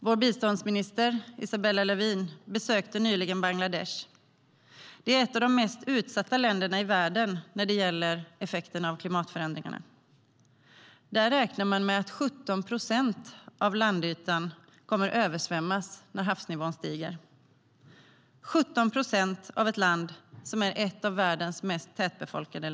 Vår biståndsminister Isabella Lövin besökte nyligen Bangladesh, som är ett av de mest utsatta länderna i världen när det gäller effekten av klimatförändringarna. Där räknar man med att 17 procent av landytan kommer att översvämmas när havsnivån stiger - 17 procent av ett land som är ett av världens mest tätbefolkade.